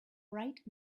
bright